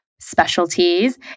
specialties